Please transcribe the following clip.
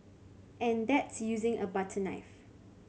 and that's using a butter knife